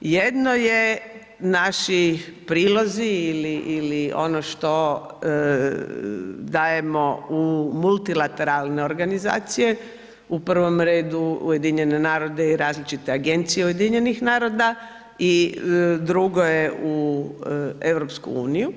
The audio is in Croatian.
Jedno je naši prilozi ili ono što dajemo u multilateralne organizacije u prvom redu u UN i različite agencije UN-a i drugo je u EU.